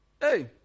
Hey